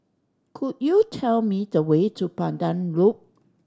could you tell me the way to Pandan Loop